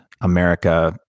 America